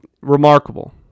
remarkable